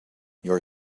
your